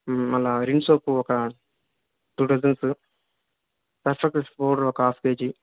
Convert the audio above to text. మళ్ళా Rin soap ఒక two dozens Surf Excel powder ఒక హాఫ్ కేజీ